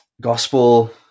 gospel